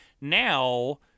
Now